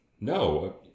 No